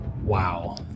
Wow